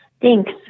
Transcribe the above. Thanks